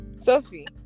Sophie